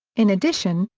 in addition,